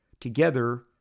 together